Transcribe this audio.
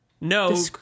No